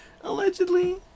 Allegedly